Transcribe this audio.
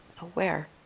aware